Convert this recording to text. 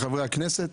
חברי הכנסת.